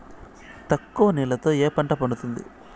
తక్కువ నీళ్లతో ఏ పంట పండుతుంది?